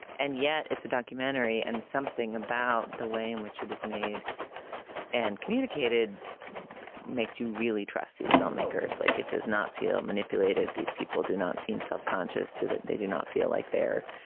and yet it's a documentary and something about the way in which it is made and communicated makes you really trust these filmmakers. like it does not feel manipulated. these people do not seem self-conscious to that. they do not feel like they're